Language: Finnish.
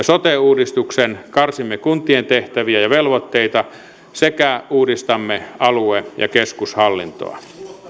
sote uudistuksen karsimme kuntien tehtäviä ja velvoitteita sekä uudistamme alue ja keskushallintoa